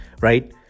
right